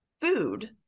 food